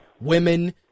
women